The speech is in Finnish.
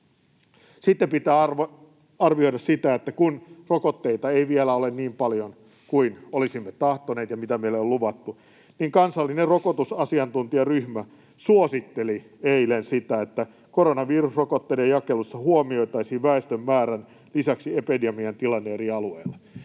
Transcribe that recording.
Sitten pitää arvioida sitä, että kun rokotteita ei vielä ole niin paljon kuin olisimme tahtoneet ja mitä meille on luvattu, niin kansallinen rokotusasiantuntijaryhmä suositteli eilen sitä, että koronavirusrokotteiden jakelussa huomioitaisiin väestön määrän lisäksi epidemian tilanne eri alueilla.